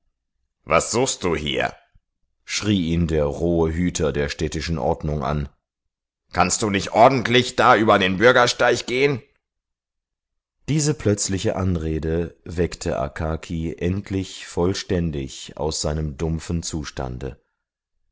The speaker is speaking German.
was suchst du hier schrie ihn der rohe hüter der städtischen ordnung an kannst du nicht ordentlich da über den bürgersteig gehen diese plötzliche anrede weckte akaki endlich vollständig aus seinem dumpfen zustande